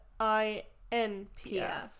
INPF